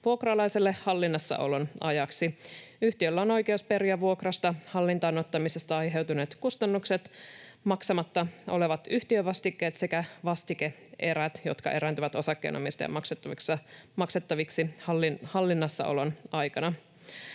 vuokralaiselle hallinnassaolon ajaksi. Yhtiöllä on oikeus periä vuokrasta hallintaan ottamisesta aiheutuneet kustannukset, maksamatta olevat yhtiövastikkeet sekä vastike-erät, jotka erääntyvät osakkeenomistajan maksettaviksi hallinnassaolon aikana.